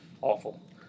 awful